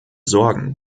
sorgen